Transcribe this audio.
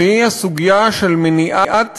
והיא הסוגיה של מניעת